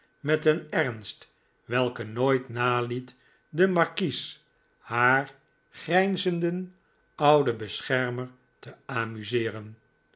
met een ernst welke nooit naliet den markies haar grijnzenden ouden beschermer te amuseeren